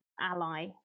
ally